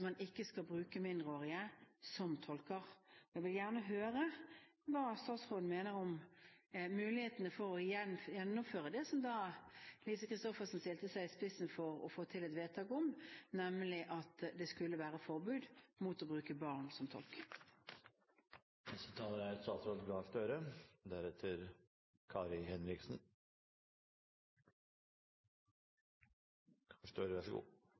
man ikke skal bruke mindreårige som tolker. Jeg vil gjerne høre hva statsråden mener om mulighetene for å gjennomføre det som Lise Christoffersen stilte seg i spissen for å få til et vedtak om, nemlig at det skulle være forbud mot å bruke barn som tolker. Representanten Solberg sier at det fortsatt er